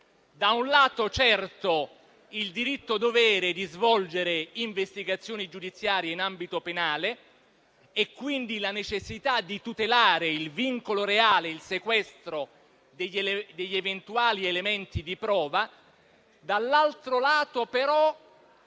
da un lato, il diritto-dovere di svolgere investigazioni giudiziarie in ambito penale e, quindi, la necessità di tutelare il vincolo reale, il sequestro degli eventuali elementi di prova; dall'altro lato, però,